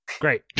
Great